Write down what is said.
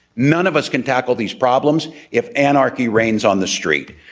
none of us can tackle these problems if anarchy reigns on the street,